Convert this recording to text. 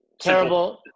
Terrible